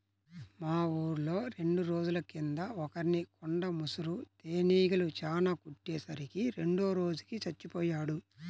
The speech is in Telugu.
మా ఊర్లో రెండు రోజుల కింద ఒకర్ని కొండ ముసురు తేనీగలు చానా కుట్టే సరికి రెండో రోజుకి చచ్చిపొయ్యాడు